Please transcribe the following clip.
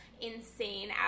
insane